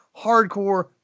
hardcore